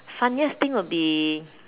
funniest thing would be